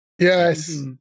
Yes